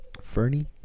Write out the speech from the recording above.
Fernie